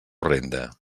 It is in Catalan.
renda